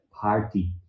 party